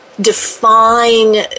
define